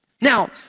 Now